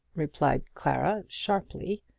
replied clara, sharply.